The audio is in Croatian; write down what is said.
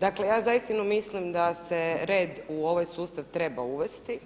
Dakle, ja zaista mislim da se red u ovaj sustav treba uvesti,